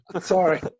Sorry